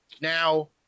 Now